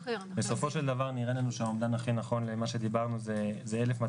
בסופו של דבר נראה לנו שהאומדן הכי נכון למה שדיברנו זה 1,200,